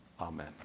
amen